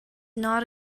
not